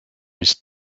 was